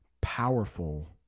powerful